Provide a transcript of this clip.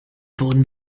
wurden